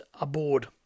aboard